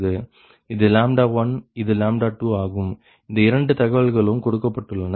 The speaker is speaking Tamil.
இது 1 இது 2 ஆகும் இந்த இரண்டு தகவல்களும் கொடுக்கப்பட்டுள்ளன